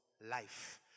Life